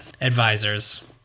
advisors